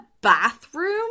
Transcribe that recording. bathroom